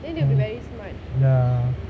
mm ya